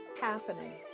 happening